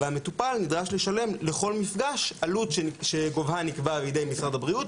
והמטופל נדרש לשלם לכל מפגש עלות שגובהה נקבע על ידי משרד הבריאות,